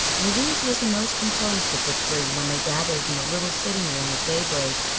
louise was the most composed of the three when they gathered in the little sitting room at daybreak,